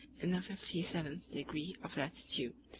in the fifty-seventh degree of latitude,